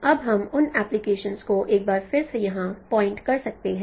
अब हम उन एप्लीकेशंस को एक बार फिर से यहाँ पॉइंट कर सकते हैं